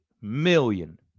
million